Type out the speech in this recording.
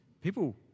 people